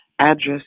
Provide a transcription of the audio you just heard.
address